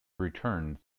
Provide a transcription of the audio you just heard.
returned